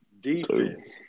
defense